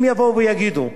אם יגידו: